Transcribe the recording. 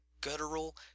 guttural